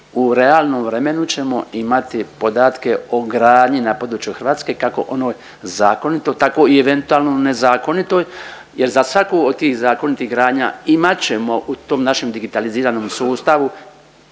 u realnom vremenu ćemo imati podatke o gradnji na području Hrvatske kako onoj zakonitoj tako i eventualno nezakonitoj jer za svaku od tih zakonitih gradnja imat ćemo u tom našem digitaliziranom sustavu